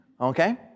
Okay